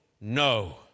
no